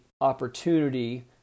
opportunity